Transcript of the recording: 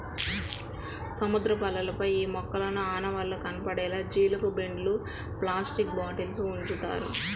సముద్రపు అలలపై ఈ మొక్కల ఆనవాళ్లు కనపడేలా జీలుగు బెండ్లు, ప్లాస్టిక్ బాటిల్స్ ఉంచుతారు